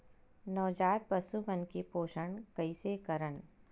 नवजात पशु मन के पोषण कइसे करन?